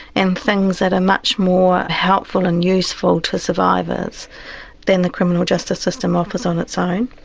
and things that are much more helpful and useful to survivors than the criminal justice system offers on its own.